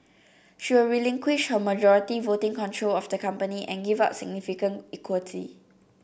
she will relinquish her majority voting control of the company and give up significant equity